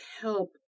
help